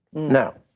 now,